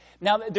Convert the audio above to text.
Now